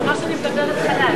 גברתי, את לא מוותרת?